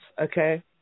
okay